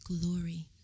glory